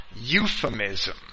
euphemism